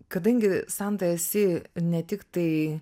kadangi santa esi ne tiktai